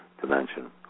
dimension